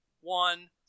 one